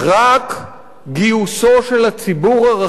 רק גיוסו של הציבור הרחב